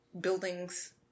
buildings